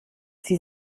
sie